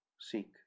Seek